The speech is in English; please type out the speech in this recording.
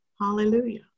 Hallelujah